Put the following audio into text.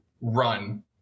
run